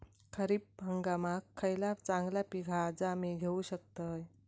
खरीप हंगामाक खयला चांगला पीक हा जा मी घेऊ शकतय?